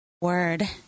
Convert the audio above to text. Word